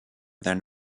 than